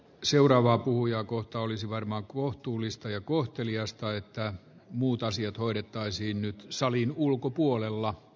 seuraava akkuja kohta olisi varmaan kohtuullista ja kohteliasta että muut asiat hoidettaisiin nyt salin ulkopuolella